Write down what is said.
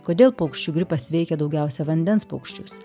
kodėl paukščių gripas veikė daugiausia vandens paukščius